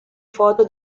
foto